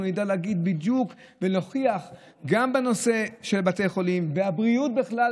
אנחנו נדע להגיד בדיוק ולהוכיח גם בנושא של בתי החולים והבריאות בכלל,